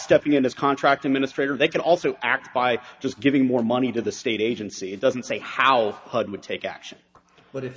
stepping into the contract administrator they can also act by just giving more money to the state agency it doesn't say how hud would take action what it